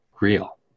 real